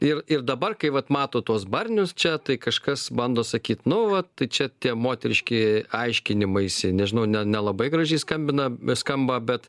ir ir dabar kai vat mato tuos barnius čia tai kažkas bando sakyt nu vat tai čia tie moteriški aiškinimaisi nežinau ne nelabai gražiai skambina skamba bet